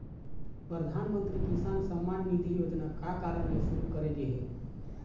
परधानमंतरी किसान सम्मान निधि योजना का कारन ले सुरू करे गे हे?